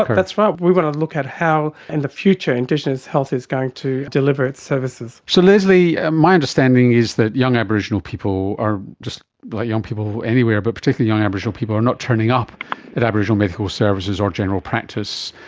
that's right, we want to look at how in and the future indigenous health is going to deliver its services. so lesley, ah my understanding is that young aboriginal people are just like young people anywhere but particularly young aboriginal people are not turning up at aboriginal medical services or general practice.